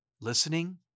listening